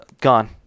gone